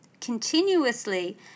continuously